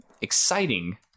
exciting